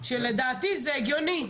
לדעתי זה הגיוני.